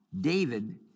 David